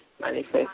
manifest